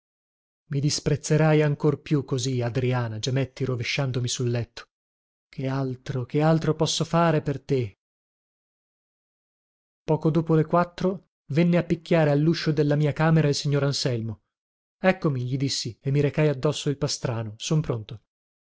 ra i disprezzerai ancor più così adriana gemetti rovesciandomi sul letto che altro che altro posso fare per te poco dopo le quattro venne a picchiare alluscio della mia camera il signor anselmo eccomi gli dissi e mi recai addosso il pastrano son pronto